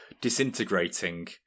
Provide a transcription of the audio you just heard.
Disintegrating